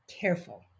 careful